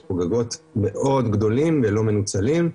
יש פה גגות מאוד גדולים ולא מנוצלים,